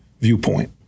viewpoint